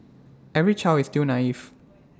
every child is still naive